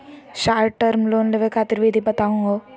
Short term loan लेवे खातीर विधि बताहु हो?